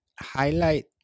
highlight